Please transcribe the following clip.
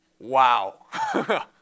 Wow